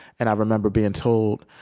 and i remember being told,